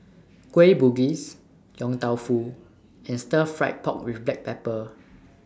Kueh Bugis Yong Tau Foo and Stir Fried Pork with Black Pepper